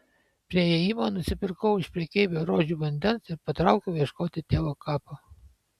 prie įėjimo nusipirkau iš prekeivio rožių vandens ir patraukiau ieškoti tėvo kapo